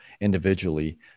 individually